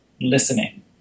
listening